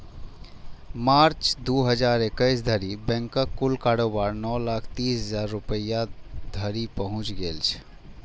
मार्च, दू हजार इकैस धरि बैंकक कुल कारोबार नौ लाख तीस हजार करोड़ रुपैया धरि पहुंच गेल रहै